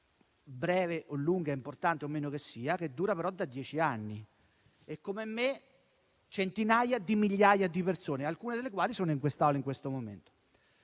breve o lunga, importante o meno che sia, che dura comunque da dieci anni, e come me l'hanno centinaia di migliaia di persone, alcune delle quali siedono in quest'Aula in questo momento.